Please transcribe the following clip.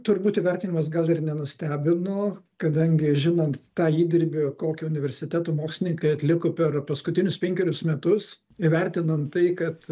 turbūt įvertinimas gal ir nenustebino kadangi žinant tą įdirbį kokį universitetų mokslininkai atliko per paskutinius penkerius metus įvertinant tai kad